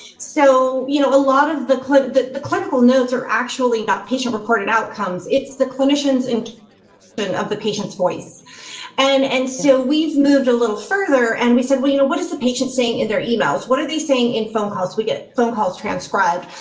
so, you know, a lot of the the clinical notes are actually not patient reported outcomes. it's the clinicians. and but and of the patient's voice and and so we've moved a little further and we said, well, you know what is the patient saying in their emails? what are they saying in phone calls? we get phone calls transcribed.